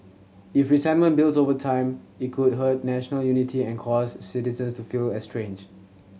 if resentment builds over time it could hurt national unity and cause citizens to feel estranged